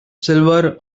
silver